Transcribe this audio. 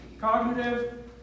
Cognitive